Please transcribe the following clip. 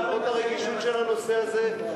למרות הרגישות של הנושא הזה,